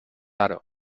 aro